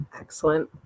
Excellent